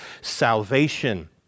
salvation